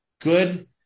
good